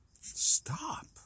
Stop